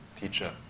teacher